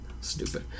Stupid